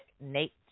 Nate